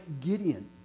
Gideon